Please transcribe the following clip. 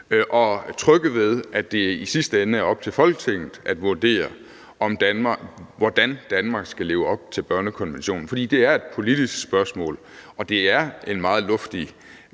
er trygge ved, at det i sidste ende er op til Folketinget at vurdere, hvordan Danmark skal leve op til børnekonventionen. For det er et politisk spørgsmål, og det er en meget luftig